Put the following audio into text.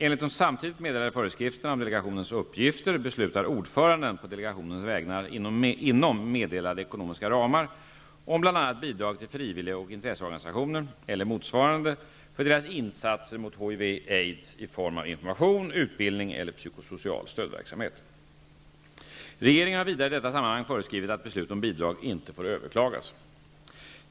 Enligt de samtidigt meddelade föreskrifterna om delegationens uppgifter beslutar ordföranden på delegationens vägnar inom meddelade ekonomiska ramar om bl.a. bidrag till frivillig och intresseorganisationer eller motsvarande för deras insatser mot HIV/aids i form av information, utbildning eller psykosocial stödverksamhet. Regeringen har vidare i detta sammanhang föreskrivit att beslut om bidrag inte får överklagas.